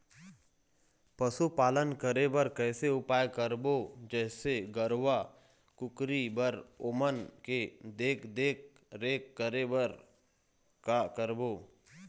पशुपालन करें बर कैसे उपाय करबो, जैसे गरवा, कुकरी बर ओमन के देख देख रेख करें बर का करबो?